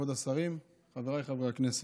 כבוד השרים, חבריי חברי הכנסת,